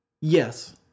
Yes